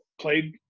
played